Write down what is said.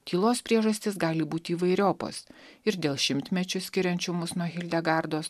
tylos priežastys gali būti įvairiopos ir dėl šimtmečių skiriančių mus nuo hildegardos